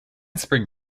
spring